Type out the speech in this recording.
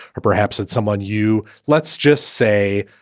or perhaps at someone you, let's just say,